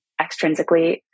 Extrinsically